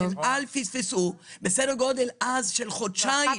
בסדר גודל של חודשיים,